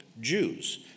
Jews